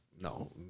No